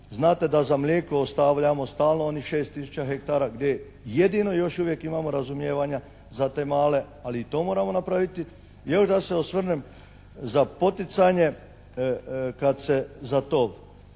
Znate da za mlijeko ostavljamo stalno onih 6 tisuća hektara gdje jedino i još uvijek imamo razumijevanja za te male, ali i to moramo napraviti. Još da se osvrnem za poticanje kad se za to.